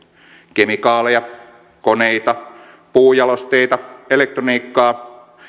kemikaaleja koneita puujalosteita elektroniikkaa